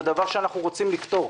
זה דבר שאנחנו רוצים לפתור,